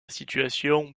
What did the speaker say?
situation